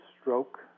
stroke